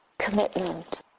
commitment